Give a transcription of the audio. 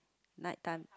night time